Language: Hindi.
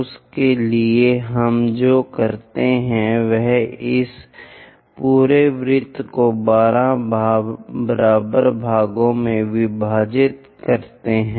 उसके लिए हम जो करते हैं वह इस पूरे वृत्त को 12 बराबर भागों में विभाजित करता है